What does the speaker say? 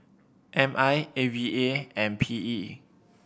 M I A V A and P E